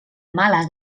mala